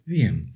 Wiem